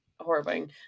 horrifying